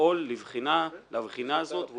לפעול לבחינה הזאת,